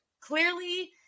clearly